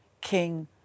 King